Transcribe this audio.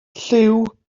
lliw